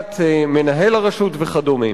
הנחיית מנהל הרשות וכדומה.